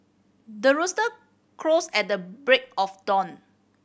the rooster crows at the break of dawn